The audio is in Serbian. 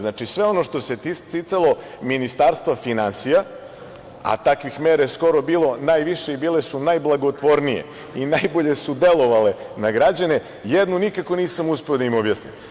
Znači, sve ono što se ticalo Ministarstva finansija, a takvih mera je skoro bilo najviše i bile su najblagotvornije i najbolje su delovale na građane, jedu nikako nisam uspeo da im objasnim.